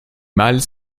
mâles